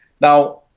Now